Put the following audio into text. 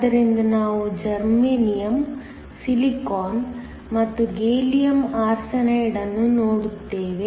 ಆದ್ದರಿಂದ ನಾವು germanium silicon ಮತ್ತು ಗ್ಯಾಲಿಯಂ ಆರ್ಸೆನೈಡ್ ಅನ್ನು ನೋಡುತ್ತೇವೆ